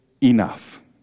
enough